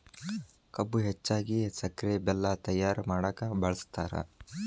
ಕಬ್ಬು ಹೆಚ್ಚಾಗಿ ಸಕ್ರೆ ಬೆಲ್ಲ ತಯ್ಯಾರ ಮಾಡಕ ಬಳ್ಸತಾರ